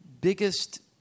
biggest